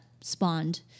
spawned